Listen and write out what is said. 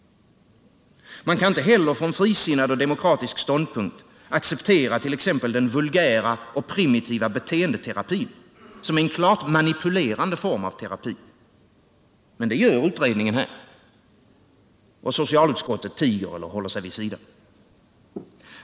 Man kan inte heller från frisinnad och demokratisk ståndpunkt acceptera t.ex. den vulgära och primitiva beteendeterapin, som är en klart manipulerande form av terapi. Men det gör utredningen, och socialutskottet tiger eller håller sig vid sidan.